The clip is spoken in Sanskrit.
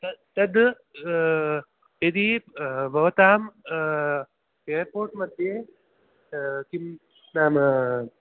तत् तद् यदि भवताम् एर्पोर्ट् मध्ये किम् नाम